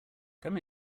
come